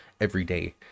everyday